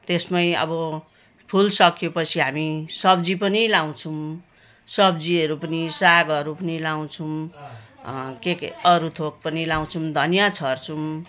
त्यसमै अब फुल सकिएपछि हामी सब्जी पनि लगाउँछौँ सब्जीहरू पनि सागहरू पनि लगाउँछौँ के के अरू थोक पनि लगाउँछौँ धनियाँ छर्छौँ